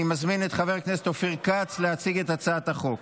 אני מזמין את חבר הכנסת אופיר כץ להציג את הצעת החוק.